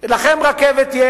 לכם יש רכבת,